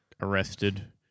arrested